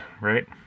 right